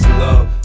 love